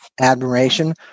admiration